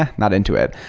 ah not into it.